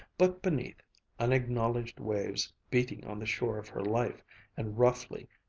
but beneath unacknowledged waves beating on the shore of her life and roughly,